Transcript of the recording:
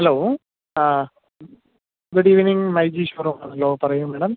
hello good evening my G ഷോറൂമാണല്ലോ പറയൂ madam